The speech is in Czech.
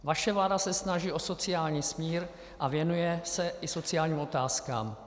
Vaše vláda se snaží o sociální smír a věnuje se i sociálním otázkám.